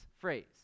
phrase